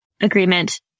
agreement